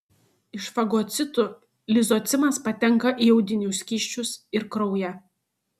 iš fagocitų lizocimas patenka į audinių skysčius ir kraują